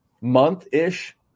month-ish